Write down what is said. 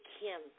Kim